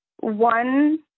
one